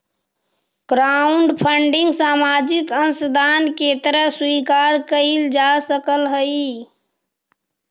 crowdfunding सामाजिक अंशदान के तरह स्वीकार कईल जा सकऽहई